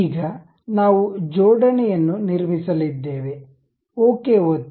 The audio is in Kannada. ಈಗ ನಾವು ಜೋಡಣೆಯನ್ನು ನಿರ್ಮಿಸಲಿದ್ದೇವೆ ಓಕೆ ಒತ್ತಿ